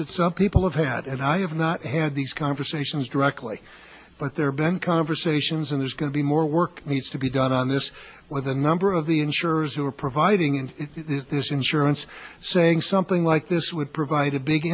that some people have had i have not had these conversations directly but there have been conversations and there's going to be more work needs to be done on this with a number of the insurers who are providing and this insurance saying something like this would provide a big